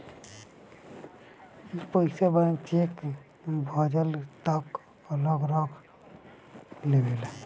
ई पइसा bank cheque भजले तक अलग रख लेवेला